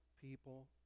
people